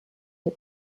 des